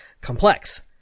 complex